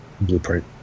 Blueprint